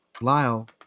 Lyle